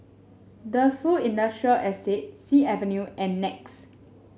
Defu Industrial Estate Sea Avenue and Nex